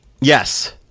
Yes